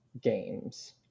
games